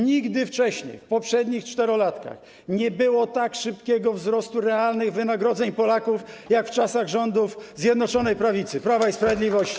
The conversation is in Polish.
Nigdy wcześniej, w poprzednich czterolatkach, nie było tak szybkiego wzrostu realnych wynagrodzeń Polaków jak w czasach rządów Zjednoczonej Prawicy, Prawa i Sprawiedliwości.